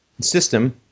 system